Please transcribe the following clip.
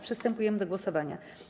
Przystępujemy do głosowania.